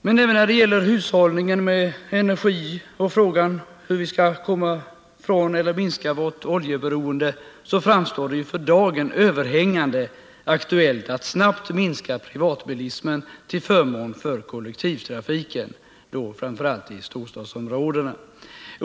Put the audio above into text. Men även när det gäller hushållningen med energi och frågan om hur vi skall kunna minska vårt oljeberoende framstår det för dagen som överhängande aktuellt att snabbt minska privatbilismen till förmån för kollektivtrafiken, framför allt i storstadsområdena.